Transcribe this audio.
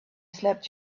slept